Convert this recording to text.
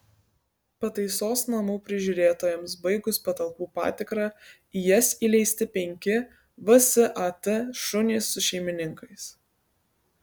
pataisos namų prižiūrėtojams baigus patalpų patikrą į jas įleisti penki vsat šunys su šeimininkais